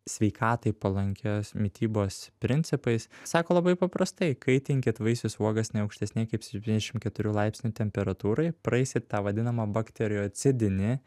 sveikatai palankios mitybos principais sako labai paprastai kaitinkit vaisius uogas ne aukštesnėj kaip septyniasdešim keturių laipsnių temperatūroj praeisit tą vadinamą bakteriocidinį